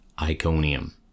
Iconium